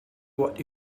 what